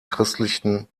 christlichen